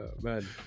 Man